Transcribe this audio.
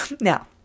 Now